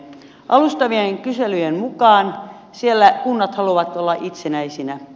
alustavien kyselyjen mukaan siellä kunnat haluavat olla itsenäisinä